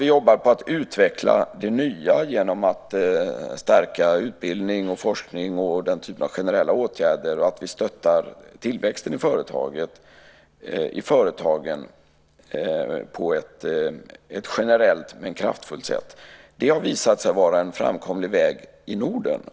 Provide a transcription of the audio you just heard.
Vi jobbar på att utveckla det nya genom att stärka utbildning, forskning och den typen av generella åtgärder, och vi stöttar tillväxten i företagen på ett generellt men kraftfullt sätt. Detta har visat sig vara en framkomlig väg i Norden.